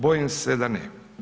Bojim se da ne.